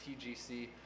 TGC